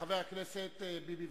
חבר הכנסת אריה ביבי,